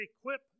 equip